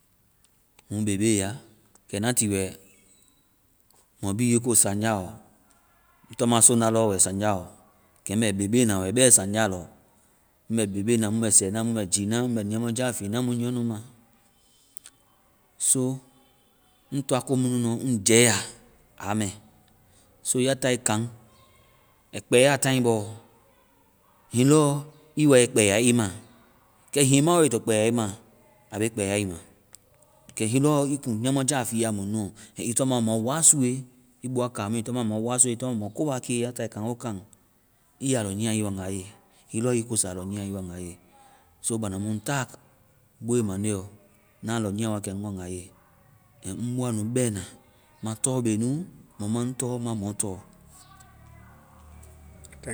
Mu bebe ya. Kɛ na tii wɛ mɔ biiye ko saŋjaɔ. Ŋ tɔ ma soŋja lɔ wɛ saŋjaɔ. Kɛ ŋ bɛ bebena wɛ bɛ saŋjaɔ. Mu bɛ bebe na. Mu bɛ sɛ na, mu bɛ jiina. Mu bɛ ndiamɔja fiina mu nyɔnu ma. so ŋ toa komu nunu ɔ ŋ jɛya, a mɛ. so yatae kaŋ, ai kpɛya táai bɔɔ, hiŋi lɔ ii wa ai kpɛya ii ma. Kɛ hiŋi ii ma wo ai to kpɛya ii ma. a be kpɛya i ma. Kɛ hiŋi lɔ ii kuŋ ndiamɔja fiya mɔnuɔ, and ii tɔma mo wasue, ii bɔa kaamu, ii tɔ ma mɔ wasue. Ii tɔŋ mɔ kobake. Ya tae kaŋ ii tɔ mɔ kobakee, ya tae kaŋgokan, ii ya lɔ nyia ii waŋga ye. Hini lɔ ii kosa lɔ nyiia, ii ya lɔ nyiia ii waŋga ye. so banda mu ŋ ta boe manda, na lɔ nyia wakɛ ŋ waŋga ye. And ŋ bɔa nu bɛna. Ma tɔ be nu, mɔ maŋ tɔ, ma mɔ tɔ. Kɛ